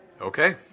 Okay